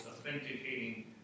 authenticating